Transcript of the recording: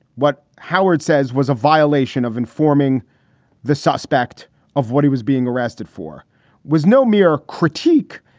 what howard says was a violation of informing the suspect of what he was being arrested for was no mere critique.